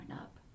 up